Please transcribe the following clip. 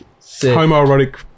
homoerotic-